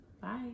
bye